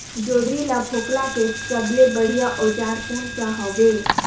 जोंदरी ला फोकला के सबले बढ़िया औजार कोन सा हवे?